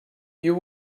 you